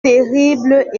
terrible